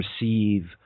receive